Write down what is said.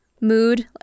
mood